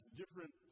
different